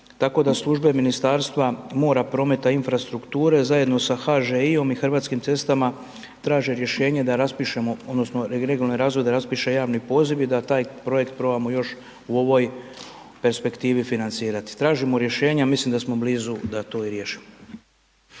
tako da službe Ministarstva mora, prometa i infrastrukture zajedno sa HŽI-om i Hrvatskim cestama traže rješenje da raspišemo, odnosno regionalni razvoj da raspiše javni poziv i da taj projekt probamo još u ovoj perspektivi financirati. Tražimo rješenja, mislim da smo blizu da to i riješimo.